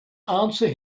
answer